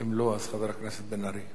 אם לא, אז חבר הכנסת בן-ארי.